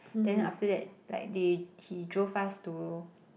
then after that like they he drove us to